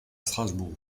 strasbourg